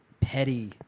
petty